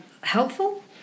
helpful